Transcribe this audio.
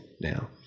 now